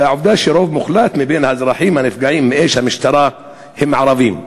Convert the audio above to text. עובדה שרוב מוחלט מבין האזרחים הנפגעים מאש המשטרה הם ערבים.